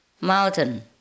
mountain